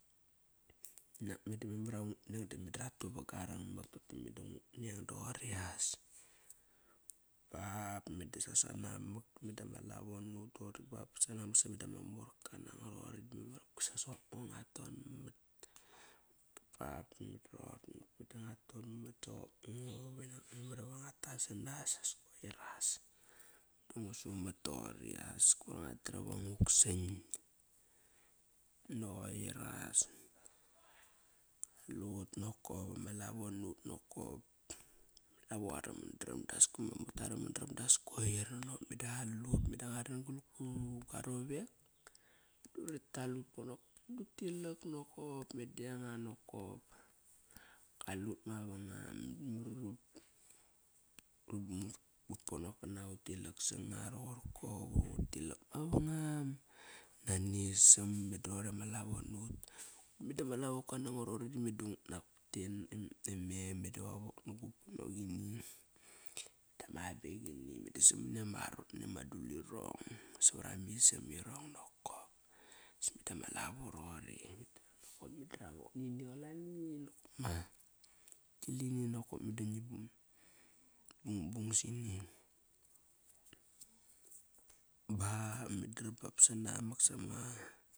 Nak meda memar iva ngut neng da meda ratu vat gua rang mak tote i meda ngu neng doqori as. Bap ba meda saranamak meda ma lavo nut dori bap ba sanamak sameda ma morka nango roqori di memar i sa sogop ngo ngaut ton mat. Bap da meda roqori nokop meda ngua ton mat soqop ngo banak memar iva nguat tas sanas as koir as. Dungu sumat toqori as koir ngua tram iva nguk san. Da qoir as. Qalut nokop ma lavo nut nokop. Lavo ara mandram das koir ama mata ara mandram das koir. Nop meda qali ut meda ngua ran gu gua rorek duri tal ut ponok kana dut tilak nokop, media yanga nokop. Kalut ma vang am. ut ponok kana, ut lilak sanga ror ko. Vuri tilak mavangamnani isam. Meda roqori ama lavo nut. Meda ma lavoka nango roqori du meda nguk nak pat e, mem meda va qa wok nu gu ponok ini. Dama abeqini meda samani ama arot nani ama dulirong. Savara ma isam irong nokop. Sa meda ma lavo rogori. Meda ga wok nini qalani nakop ma gilini nokop mada ngi bung bung sini. Ba ba meda qari ba sanamak sama.